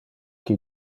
qui